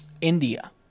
India